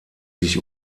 sich